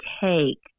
take